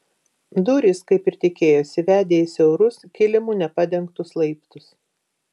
durys kaip ir tikėjosi vedė į siaurus kilimu nepadengtus laiptus